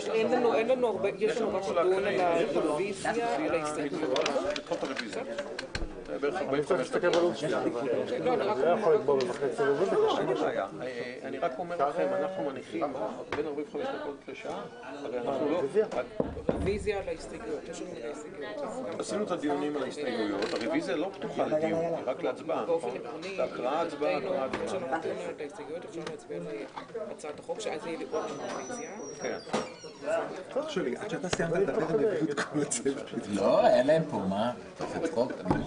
הישיבה ננעלה בשעה 12:04.